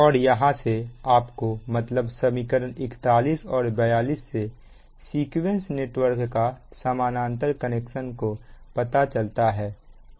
और यहां से आपको मतलब समीकरण 41 और 42 से सीक्वेंस नेटवर्क का समानांतर कनेक्शन का पता चलता है